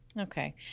Okay